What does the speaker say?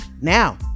Now